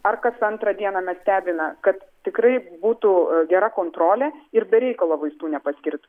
ar kas antrą dieną mes stebime kad tikrai būtų gera kontrolė ir be reikalo vaistų nepaskirt